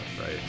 right